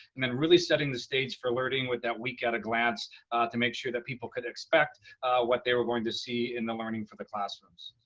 and then really setting the stage for alerting with that week at a glance to make sure that people could expect what they were going to see in the learning for the classrooms.